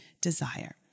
desire